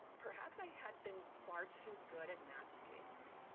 perhaps i had been far too good at masking,